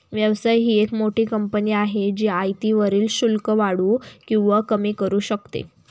व्यवसाय ही एक मोठी कंपनी आहे जी आयातीवरील शुल्क वाढवू किंवा कमी करू शकते